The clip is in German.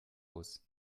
aus